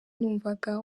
numvaga